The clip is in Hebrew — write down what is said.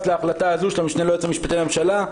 להחלטה הזו של המשנה ליועץ המשפטי לממשלה?